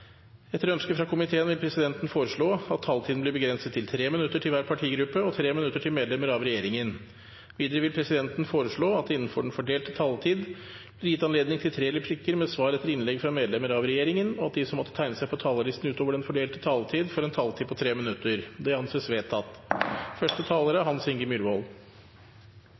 Etter ønske fra helse- og omsorgskomiteen vil presidenten foreslå at taletiden blir begrenset til 3 minutter til hver partigruppe og 3 minutter til medlemmer av regjeringen. Videre vil presidenten foreslå at det – innenfor den fordelte taletid – blir gitt anledning til fem replikker med svar etter innlegg fra medlemmer av regjeringen, og at de som måtte tegne seg på talerlisten utover den fordelte taletid, får en taletid på 3 minutter. – Det anses vedtatt.